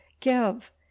give